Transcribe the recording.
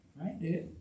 Right